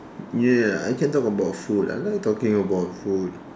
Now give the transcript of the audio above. ya ya I can talk about food I like talking about food